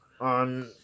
on